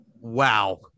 Wow